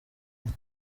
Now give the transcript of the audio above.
umwe